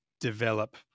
develop